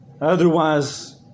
otherwise